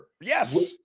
Yes